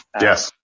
Yes